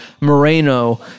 Moreno